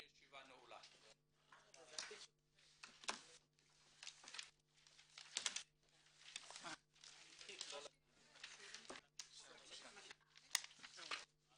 הישיבה ננעלה בשעה 14:05.